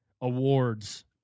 awards